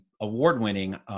award-winning